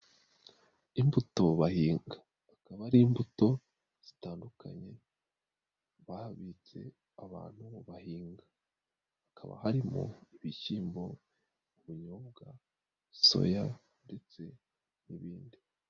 Imbuto bahinga, akaba ari imbuto zitandukanye, bahabitse abantu bahinga. Hakaba harimo: ibishyimbo, ubunyobwa, soya ndetse n'ibindi.